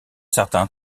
certain